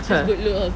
ha